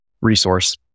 Resource